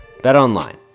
BetOnline